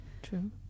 true